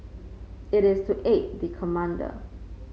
it is to aid the commander